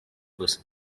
gusa